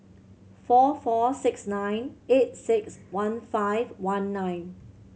four four six nine eight six one five one nine